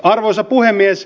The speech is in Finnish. arvoisa puhemies